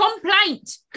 complaint